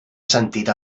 sentit